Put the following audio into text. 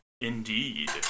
Indeed